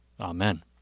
Amen